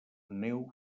neu